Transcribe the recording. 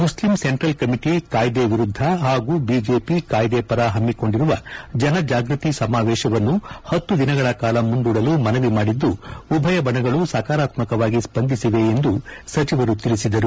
Muslim central committee ಕಾಯ್ದೆ ವಿರುದ್ದ ಹಾಗೂ ಬಿಜೆಪಿ ಕಾಯ್ದೆ ಪರ ಹಮ್ಮಿಕೊಂಡಿರುವ ಜನಜಾಗೃತಿ ಸಮಾವೇಶವನ್ನು ಹತ್ತು ದಿನಗಳ ಕಾಲ ಮುಂದೂಡಲು ಮನವಿ ಮಾಡಿದ್ದು ಉಭಯ ಬಣಗಳು ಸಕಾರಾತ್ಮವಾಗಿ ಸ್ಪಂದಿಸಿದೆ ಎಂದು ಸಚಿವರು ತಿಳಿಸಿದರು